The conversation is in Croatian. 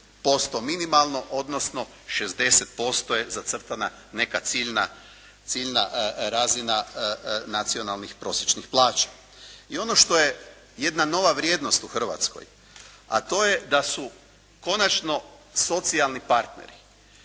minimalno odnosno 60l% je zacrtana neka ciljna razina nacionalnih prosječnih plaća. I ono što je jedna nova vrijednost u Hrvatskoj a to je da su konačno socijalni partneri